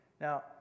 Now